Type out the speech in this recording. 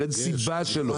אין סיבה שלא.